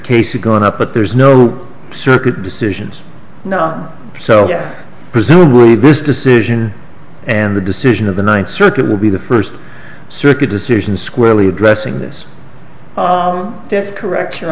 of going up but there's no circuit decisions now so presumably this decision and the decision of the ninth circuit will be the first circuit decision squarely addressing this that's correct